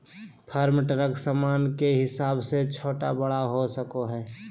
farm truck सामान के हिसाब से छोटा बड़ा हो सको हय